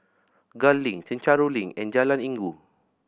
Gul Link Chencharu Link and Jalan Inggu